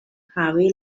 harvey